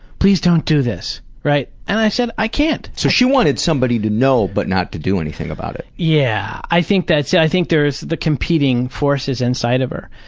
please don't do this, right? and i said, i can't. so she wanted somebody to know, but not to do anything about it. yeah, i think that's it. i think there is the competing forces inside of her.